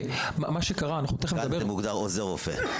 כאן זה מוגדר כעוזר רופא.